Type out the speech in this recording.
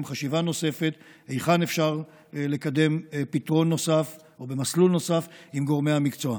חשיבה נוספת והיכן אפשר לקדם פתרון נוסף ובמסלול נוסף עם גורמי המקצוע.